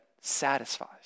satisfies